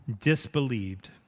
disbelieved